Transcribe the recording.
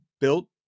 built